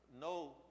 no